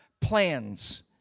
plans